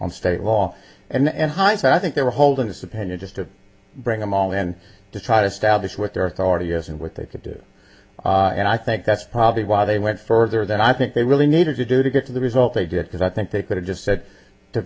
on state law and hindsight i think they were holding this opinion just to bring them all and to try to establish what their authority is and what they could do and i think that's probably why they went further than i think they really needed to do to get to the result they did because i think they could have just said to